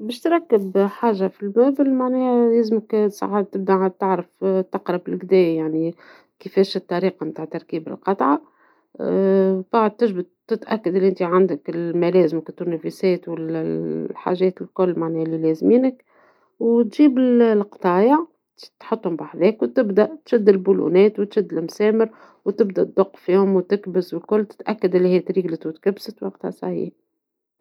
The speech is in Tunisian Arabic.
باش تركب حاجة في الأثاث معناها يلزمك ساعات تعرف تقرى بالقدا يعني كفاش الطريقة نتاع تركيب القطعة ، بعد تجبد تتأكد أنتي عندك أدوات التركيب الكل لي لازمينك ، وتجيب القطايع باش تحطهم بحذاك وتبدى تشد البلونات وتشد المسامر وتبدى تدق فيهم وتكبس والكل تتأكد أنها تريقلت الكل ووقتها صايي.